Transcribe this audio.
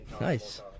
nice